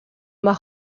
más